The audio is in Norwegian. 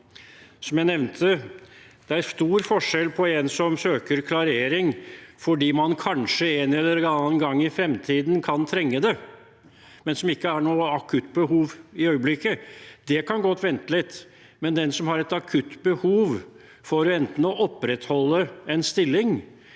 Som jeg nevnte, er det stor forskjell på en som søker klarering fordi man kanskje en eller annen gang i fremtiden kan trenge det, men som for øyeblikket ikke har noe akutt behov – det kan godt vente litt – og en som har et akutt behov for enten å opprettholde en stilling